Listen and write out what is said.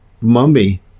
mummy